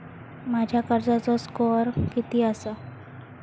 माझ्या कर्जाचो स्कोअर किती आसा?